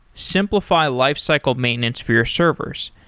simplify lifecycle maintenance for your servers.